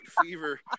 Fever